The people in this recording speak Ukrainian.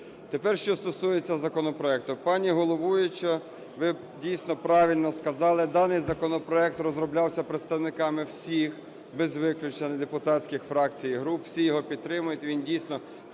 Тепер що стосується законопроекту. Пані головуюча, ви, дійсно, правильно сказали, даний законопроект розроблявся представниками всіх без виключення депутатських фракцій і груп, всі його підтримують. Він дійсно